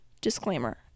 Disclaimer